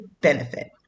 benefit